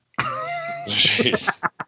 Jeez